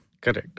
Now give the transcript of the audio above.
Correct